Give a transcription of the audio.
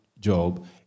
job